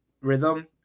rhythm